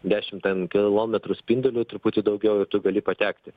dešim ten kilometrų spinduliu truputį daugiau ir tu gali patekti